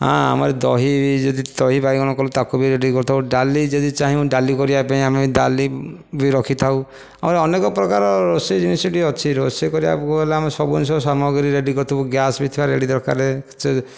ଆମର ଦହି ଯଦି ଦହି ବାଇଗଣ କଲୁ ତାକୁ ବି ରେଡ଼ି କରିଥାଉ ଡାଲି ଯଦି ଚାହିଁବ ଡାଲି କରିବା ପାଇଁ ଆମେ ଡାଲି ବି ରଖିଥାଉ ଆହୁରି ଅନେକ ପ୍ରକାର ରୋଷେଇ ଜିନିଷ ଟି ଅଛି ରୋଷେଇ କରିବାକୁ ଗଲେ ଆମେ ସବୁ ଜିନିଷ ସାମଗ୍ରୀ ରେଡ଼ି ଗ୍ୟାସ୍ ବି ଥିବା ରେଡ଼ି ଦରକାର